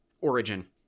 origin